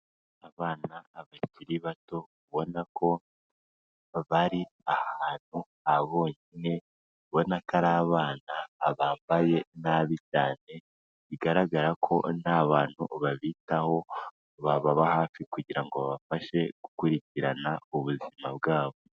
Abana bakiri bato ubona ko bari ahantu habonyine, ubona ko ari abana bambaye nabi cyane, bigaragara ko nta bantu babitaho, bababa hafi kugira ngo babafashe gukurikirana ubuzima bwabo.